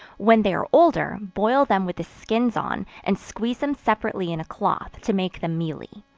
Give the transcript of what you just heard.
when they are older, boil them with the skins on, and squeeze them separately in a cloth, to make them mealy.